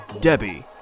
Debbie